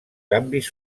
canvis